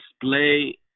display